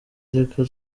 reka